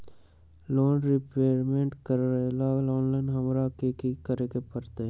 Loan repayment करेला online हमरा की करे के परतई?